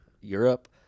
Europe